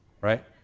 right